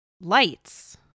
Lights